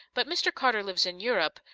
but mr. carter lives in europe,